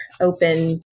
open